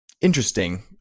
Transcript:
interesting